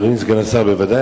אדוני סגן השר, ודאי